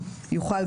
יוכל,